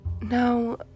Now